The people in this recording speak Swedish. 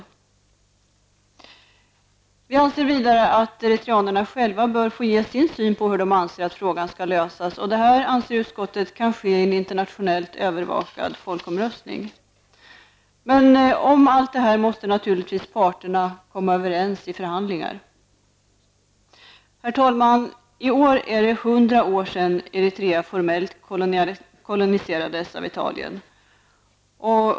Vidare anser utskottet att eritreanerna själva bör få ge sin syn på hur de anser att frågan skall lösas. Enligt utskottet kan detta ske genom en internationellt övervakad folkomröstning. Men parterna måste naturligtvis komma överens om allt detta i förhandlingar. Herr talman! I år är det 100 år sedan Eritrea formellt koloniserades av Italien.